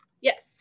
Yes